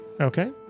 okay